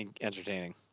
entertaining